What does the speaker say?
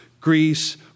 Greece